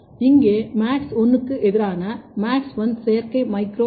இங்கே MADS1 க்கு எதிரான MADS1 செயற்கை மைக்ரோ ஆர்